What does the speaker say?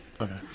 Okay